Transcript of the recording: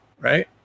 right